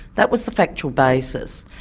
that was the factual basis.